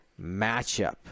matchup